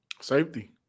Safety